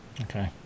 Okay